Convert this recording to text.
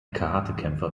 karatekämpfer